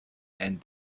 and